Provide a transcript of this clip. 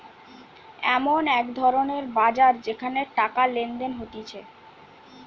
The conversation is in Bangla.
এমন এক ধরণের বাজার যেখানে টাকা লেনদেন হতিছে